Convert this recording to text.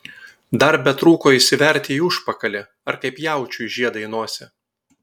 dar betrūko įsiverti į užpakalį ar kaip jaučiui žiedą į nosį